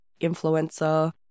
influencer